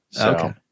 Okay